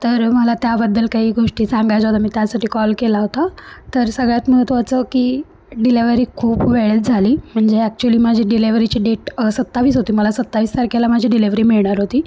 तर मला त्याबद्दल काही गोष्टी सांगायच्या होत्या मी त्यासाठी कॉल केला होता तर सगळ्यात महत्त्वाचं की डिलेवरी खूप वेळेत झाली म्हणजे ॲक्चुली माझी डिलेवरीची डेट सत्तावीस होती मला सत्तावीस तारखेला माझी डिलेवरी मिळणार होती